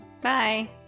Bye